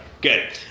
Good